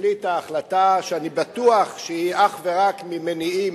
החליטה החלטה שאני בטוח שהיא אך ורק ממניעים